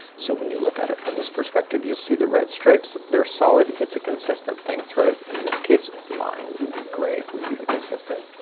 so when you look at it from this perspective, you'll see the red stripes. they're solid. it's a consistent thing throughout in this case mine would be gray would be the consistent.